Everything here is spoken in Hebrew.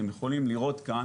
אתם יכולים לראות כאן